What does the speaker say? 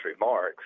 remarks